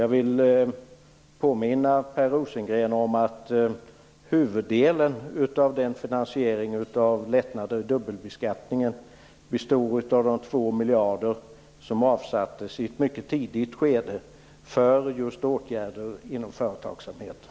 Jag vill påminna Per Rosengren om att huvuddelen av finansieringen av lättnaden i dubbelbeskattningen består i de 2 miljarder som i ett mycket tidigt skede avsattes just för åtgärder inom företagsamheten.